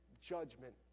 judgment